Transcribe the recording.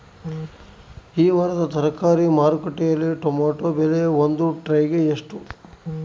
ಈ ವಾರದ ತರಕಾರಿ ಮಾರುಕಟ್ಟೆಯಲ್ಲಿ ಟೊಮೆಟೊ ಬೆಲೆ ಒಂದು ಟ್ರೈ ಗೆ ಎಷ್ಟು?